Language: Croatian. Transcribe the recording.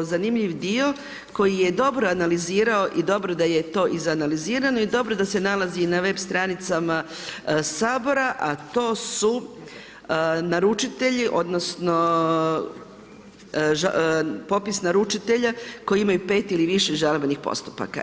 zanimljiv dio koji je dobro analizirao i dobro da je to izanalizirano i dobro da se nalazi i na web stranicama Sabora a to su naručitelji odnosno popis naručitelja koji imaju 5 ili više žalbenih postupaka.